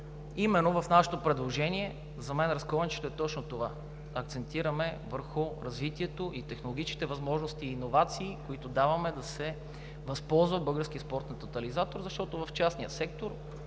Именно в нашето предложение за мен разковничето е точно това – акцентираме върху развитието и технологичните възможности и иновации, които даваме да се възползва Българският спортен тотализатор, защото в частния сектор